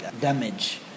damage